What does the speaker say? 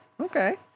okay